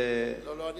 אחרי, לא, לא.